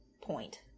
point